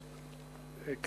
תודה,